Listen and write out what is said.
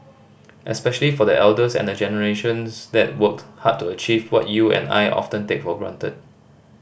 especially for the elders and the generations that worked hard to achieve what you and I often take for granted